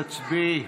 תצביעי.